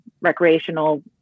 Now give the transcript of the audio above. recreational